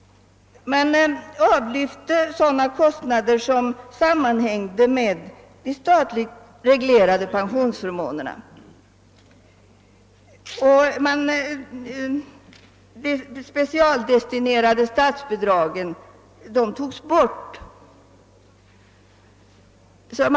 Man avlyfte sådana kostnader som sammanhängde med de statligt reglerade pensionsförmånerna. De specialdestinerade statsbidragen togs då bort.